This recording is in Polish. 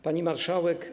Pani Marszałek!